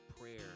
prayer